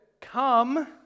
come